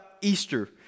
Easter